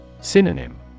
Synonym